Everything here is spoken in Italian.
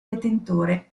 detentore